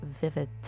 vivid